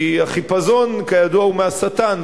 כי החיפזון כידוע הוא מהשטן.